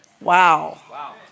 Wow